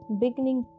beginning